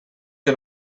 que